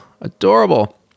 Adorable